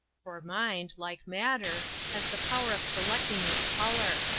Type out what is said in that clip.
for mind, like matter, has the power of selecting its colour,